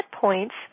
points